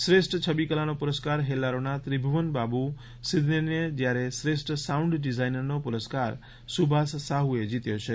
શ્રેષ્ઠ છબીકલાનો પુરસ્કાર હેલ્લારોના ત્રિભુવન બાબુ સીદનેનીને જ્યારે શ્રેષ્ઠ સાઉન્ડ ડિઝાઇનરનો પુરસ્કાર સુભાષ સાહુએ જીત્યો છે